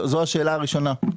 זאת השאלה הראשונה.